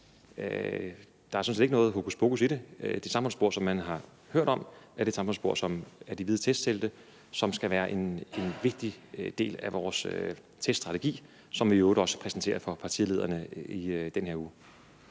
der er sådan set ikke noget hokuspokus i det. Det samfundsspor, som man har hørt om, er det samfundsspor, som er de hvide testtelte, som skal være en vigtig del af vores teststrategi, som vi i øvrigt også præsenterer for partilederne i den her uge.